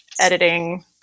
editing